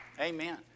Amen